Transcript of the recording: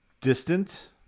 distant